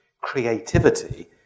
creativity